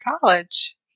college